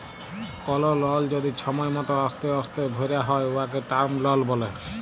call লল যদি ছময় মত অস্তে অস্তে ভ্যরা হ্যয় উয়াকে টার্ম লল ব্যলে